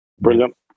Brilliant